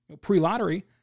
pre-lottery